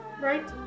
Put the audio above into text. Right